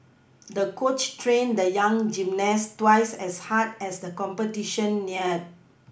the coach trained the young gymnast twice as hard as the competition neared